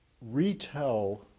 retell